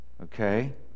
Okay